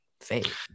faith